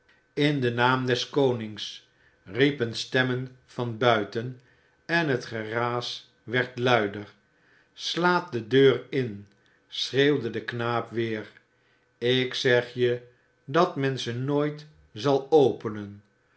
in in naam des konings riepen stemmen van buiten en het geraas werd luider slaat de deur in schreeuwde de knaap weer ik zeg je dat men ze nooit zal openen